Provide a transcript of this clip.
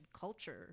culture